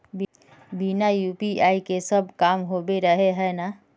बिना यु.पी.आई के सब काम होबे रहे है ना?